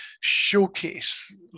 showcase